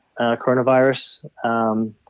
coronavirus